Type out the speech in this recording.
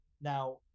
Now